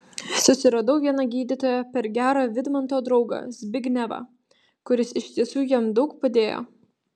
susiradau vieną gydytoją per gerą vidmanto draugą zbignevą kuris iš tiesų jam daug padėjo